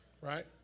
right